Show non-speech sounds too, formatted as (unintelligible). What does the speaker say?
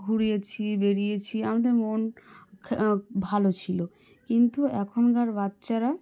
ঘুরেছি বেড়িয়েছি আমাদের মন খে (unintelligible) ভালো ছিল কিন্তু এখনকার বাচ্চারা